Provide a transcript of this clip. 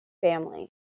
family